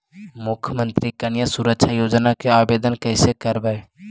मुख्यमंत्री कन्या सुरक्षा योजना के आवेदन कैसे करबइ?